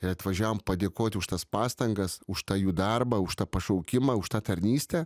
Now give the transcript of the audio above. ir atvažiavom padėkoti už tas pastangas už tą jų darbą už tą pašaukimą už tą tarnystę